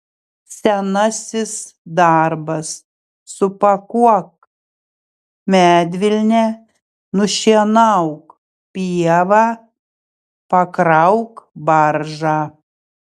senasis darbas supakuok medvilnę nušienauk pievą pakrauk baržą